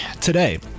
Today